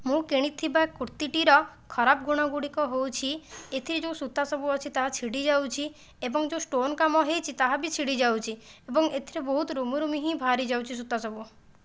ମୁଁ କିଣିଥିବା କୁର୍ତ୍ତିଟିର ଖରାପ ଗୁଣ ଗୁଡ଼ିକ ହେଉଛି ଏଥିରେ ଯେଉଁ ସୂତା ସବୁ ଅଛି ତାହା ଛିଡ଼ି ଯାଉଛି ଏବଂ ଯେଉଁ ଷ୍ଟୋନ କାମ ହୋଇଛି ତାହା ବି ଛିଡ଼ିଯାଉଛି ଏବଂ ଏଥିରେ ବହୁତ ରୁମି ରୁମି ହୋଇ ବାହାରି ଯାଉଛି ସୂତା ସବୁ